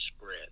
spread